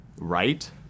right